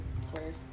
swears